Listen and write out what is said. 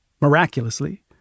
miraculously